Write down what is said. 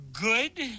good